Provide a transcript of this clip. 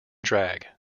drag